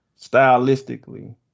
stylistically